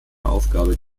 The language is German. aufgabe